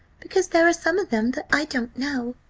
because there are some of them that i don't know.